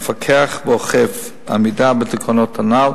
מפקח ואוכף עמידה בתקנות הנ"ל,